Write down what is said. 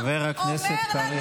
חבר הכנסת קריב,